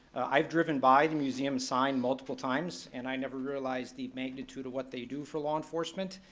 i've driven by the museum sign multiple times, and i never realized the magnitude of what they do for law enforcement,